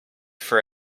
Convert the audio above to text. for